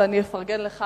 ואני אפרגן לך,